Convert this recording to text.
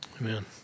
Amen